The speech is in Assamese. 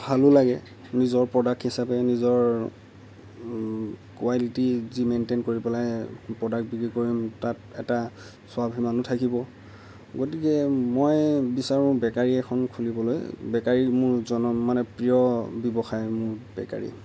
ভালোঁ লাগে নিজৰ প্ৰডাক্ট হিচাপে নিজৰ কুৱালিটি যি মেনণ্টেইন কৰি পেলাই প্ৰডাক্ট বিক্ৰী কৰিম তাত এটা স্বাভীমানো থাকিব গতিকে মই বিচাৰোঁ বেকাৰী এখন খুলিবলৈ